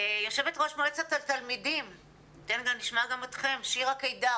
יו"ר מועצת התלמידים שירה קידר.